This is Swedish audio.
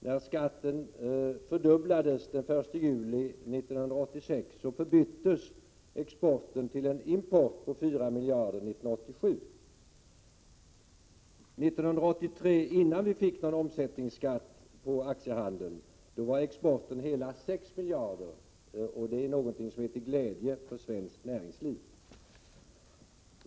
När skatten fördubblades den 1 juli 1986 förbyttes exporten till en import på 4 miljarder 1987. 1983, innan vi fick någon omsättningsskatt på aktiehandeln, var exporten hela 6 miljarder, och det är någonting som är till glädje för svenskt näringsliv.